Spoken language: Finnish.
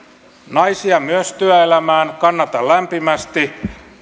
naisia myös työelämään kannatan lämpimästi